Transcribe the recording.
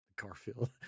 Garfield